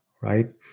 right